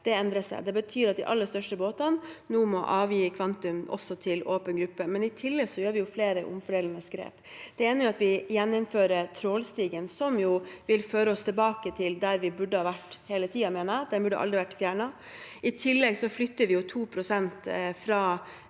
endrer seg. Det betyr at de aller største båtene nå må avgi kvantum også til åpen gruppe. I tillegg tar vi flere omfordelende grep. Det ene er at vi gjeninnfører trålstigen, som jeg mener vil føre oss tilbake til der vi burde ha vært hele tiden. Den burde aldri vært fjernet. I tillegg flytter vi 2 pst. fra